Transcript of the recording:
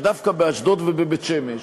שדווקא באשדוד ובבית-שמש,